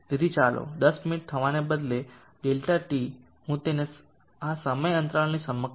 તેથી ચાલો 10 મિનિટ થવાને બદલે ∆t હું તેને આ સમય અંતરાલની સમકક્ષ બનાવીશ